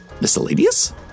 Miscellaneous